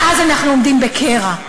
ואז אנחנו עומדים בקרע.